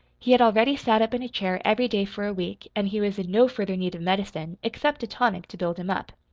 he had already sat up in a chair every day for a week and he was in no further need of medicine, except a tonic to build him up.